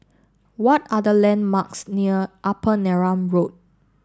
what are the landmarks near Upper Neram Road